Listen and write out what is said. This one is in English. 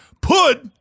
put